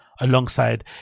Alongside